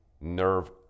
nerve